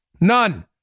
None